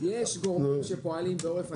יש גורמים שפועלים בעורף הנמלים,